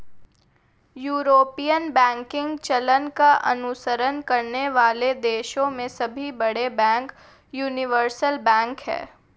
European banking चलन का अनुसरण करने वाले देशों में सभी बड़े बैंक यूनिवर्सल बैंक हैं